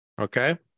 Okay